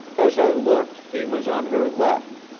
as i looked he was on her left,